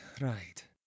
right